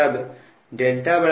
तब δ δ1 है